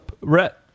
Rhett